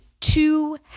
two